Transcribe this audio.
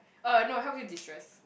uh no I help you deistress